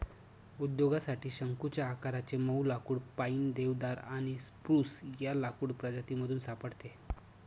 उद्योगासाठी शंकुच्या आकाराचे मऊ लाकुड पाईन, देवदार आणि स्प्रूस या लाकूड प्रजातीमधून सापडते